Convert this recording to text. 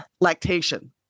lactation